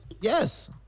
Yes